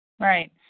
Right